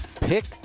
pick